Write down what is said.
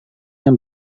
yang